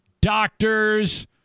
doctors